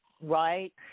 right